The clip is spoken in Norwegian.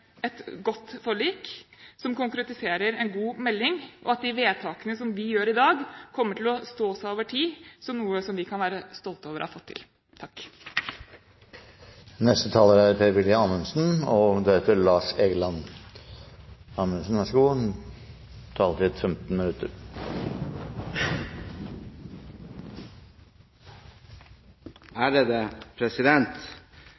et godt forlik, som konkretiserer en god melding, og at de vedtakene vi gjør i dag, kommer til å stå seg over tid som noe vi kan være stolte over å ha fått til. De siste ukene har vært noen underlige uker. Det har vært mye spekulasjoner i media om hvem som er inne, og